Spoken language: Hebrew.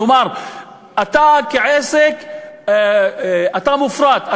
כלומר כעסק אתה מופרט,